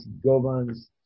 governs